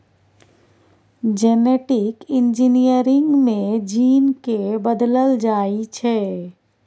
genetic engineering मे gene केँ बदलल जाइ छै